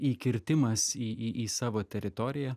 įkirtimas į į savo teritoriją